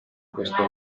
questo